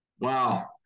wow